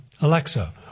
Alexa